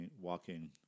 walking